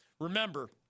Remember